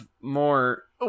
more